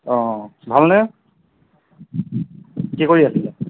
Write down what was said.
ভাল নে কি কৰি আছিলা